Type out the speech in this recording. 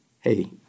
hey